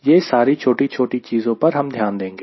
यह सारी छोटी छोटी चीजों पर हम ध्यान देंगे